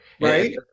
Right